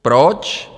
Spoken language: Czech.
Proč?